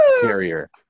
carrier